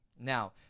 Now